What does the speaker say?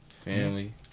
Family